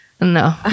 no